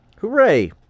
Hooray